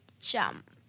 Jump